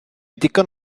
digon